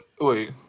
wait